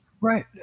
Right